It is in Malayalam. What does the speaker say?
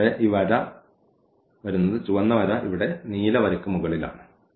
അതിനാൽ ഇവിടെ ഈ വര വരുന്നത് ചുവന്ന വര ഇവിടെ നീല വരയ്ക്ക് മുകളിലാണ്